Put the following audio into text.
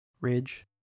ridge